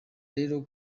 rero